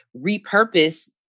repurpose